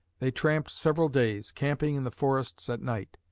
they tramped several days, camping in the forests at night.